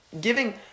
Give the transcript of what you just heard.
giving